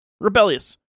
rebellious